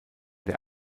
der